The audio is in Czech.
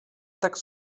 tak